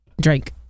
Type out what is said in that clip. Drake